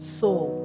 soul